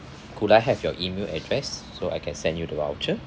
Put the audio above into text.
could I have your email address so I can send you the voucher